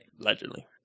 Allegedly